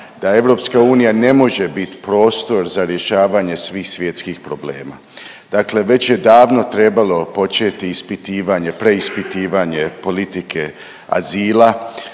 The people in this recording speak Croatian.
da EU ne može bit prostor za rješavanje svih svjetskih problema. Dakle već je davno trebalo početi ispitivanje, preispitivanje politike azila,